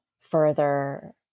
further